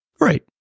Right